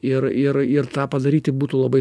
ir ir ir tą padaryti būtų labai